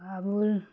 Kabul